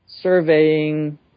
surveying